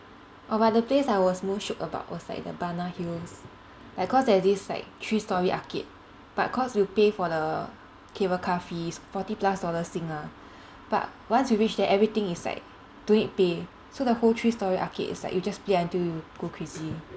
oh but the place I was most shook about was like the ba na hills like cause there's this like three storey arcade but cause you pay for the cable car fees forty plus dollar sing ah but once you reach there everything is like don't need pay so the whole three storey arcade is like you just play until you go crazy